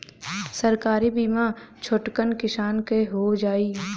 सरकारी बीमा छोटकन किसान क हो जाई?